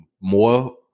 more